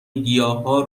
گیاها